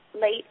late